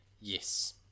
Yes